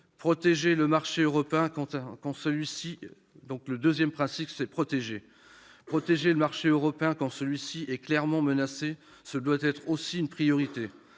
Protéger le marché européen quand celui-ci est clairement menacé doit aussi être une priorité.